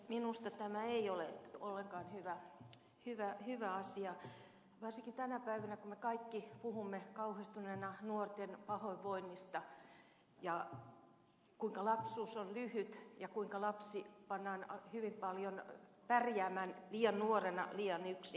minusta tämä ei ole ollenkaan hyvä asia varsinkaan tänä päivänä kun me kaikki puhumme kauhistuneina nuorten pahoinvoinnista ja siitä kuinka lapsuus on lyhyt ja kuinka lapsi pannaan hyvin paljon pärjäämään liian nuorena liian yksin